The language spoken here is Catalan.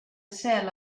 cel